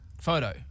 photo